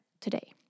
today